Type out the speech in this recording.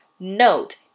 Note